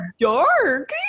dark